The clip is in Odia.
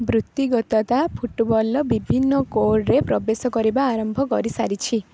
ବୃତ୍ତିଗତତା ଫୁଟବଲ୍ର ବିଭିନ୍ନ କୋଡ଼଼୍ରେ ପ୍ରବେଶ କରିବା ଆରମ୍ଭ କରିସାରିଛି